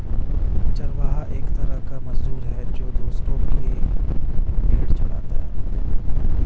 चरवाहा एक तरह का मजदूर है, जो दूसरो की भेंड़ चराता है